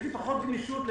יש לי פחות גמישות.